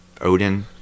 Odin